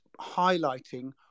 highlighting